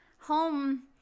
home